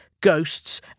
ghosts